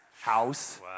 house